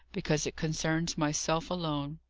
because it concerns myself alone.